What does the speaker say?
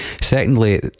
Secondly